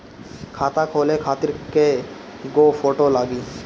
खाता खोले खातिर कय गो फोटो लागी?